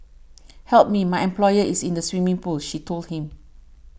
help me my employer is in the swimming pool she told him